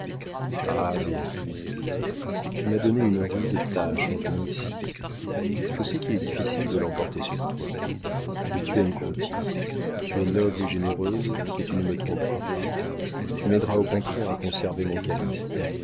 ah béatrix tu m'as donné une rude tâche en venant ici je sais qu'il est difficile de l'emporter sur toi mais tu aimes conti tu es noble et généreuse et tu ne me tromperas pas tu m'aideras au contraire à conserver mon